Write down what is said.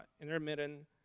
intermittent